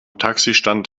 taxistand